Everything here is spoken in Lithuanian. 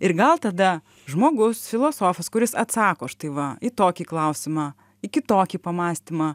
ir gal tada žmogus filosofas kuris atsako štai va į tokį klausimą į kitokį pamąstymą